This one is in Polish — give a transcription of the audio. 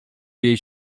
jej